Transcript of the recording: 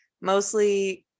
mostly